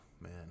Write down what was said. man